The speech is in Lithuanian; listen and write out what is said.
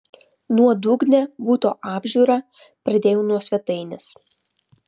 nuodugnią buto apžiūrą pradėjau nuo svetainės